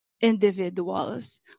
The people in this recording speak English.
Individuals